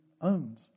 owns